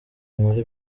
nkore